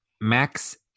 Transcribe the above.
Max